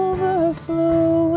Overflow